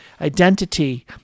identity